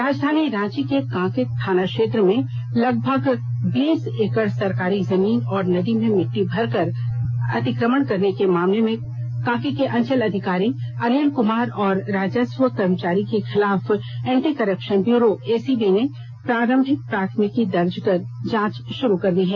राजधानी रांची के कांके थाना क्षेत्र में लगभग बीस एकड़ सरकारी जमीन और नदी में मिट्टी भरकर अतिक्रमण करने के मामले में कांके के अंचल अधिकारी अनिल कुमार और राजस्व कर्मचारी के खिलाफ एंटी करप्शन ब्यूरो एसीबी ने प्रारंभिक प्राथमिकी दर्ज कर जांच शुरू कर दी है